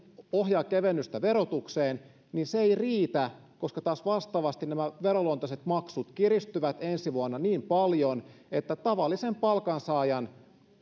ohjaa kevennystä verotukseen se ei riitä koska taas vastaavasti nämä veronluontoiset maksut kiristyvät ensi vuonna niin paljon että tavallisen palkansaajan